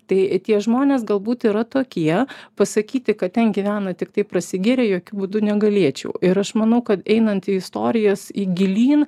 tai tie žmonės galbūt yra tokie pasakyti kad ten gyvena tiktai prasigėrę jokiu būdu negalėčiau ir aš manau kad einant į istorijas į gilyn